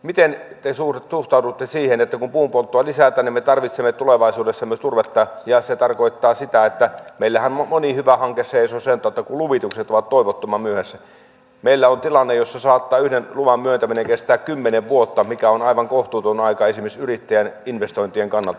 miten te suhtaudutte siihen että kun puun polttoa lisätään niin me tarvitsemme tulevaisuudessa myös turvetta ja se tarkoittaa sitä että meillähän moni hyvä hanke seisoo sen kautta että luvitukset ovat toivottoman myöhässä meillä on tilanne jossa saattaa yhden luvan myöntäminen kestää kymmenen vuotta mikä on aivan kohtuuton aika esimerkiksi yrittäjän investointien kannalta